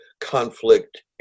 conflict